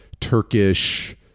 Turkish